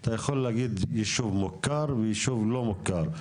אתה יכול להגיד יישוב מוכר ויישוב לא מוכר,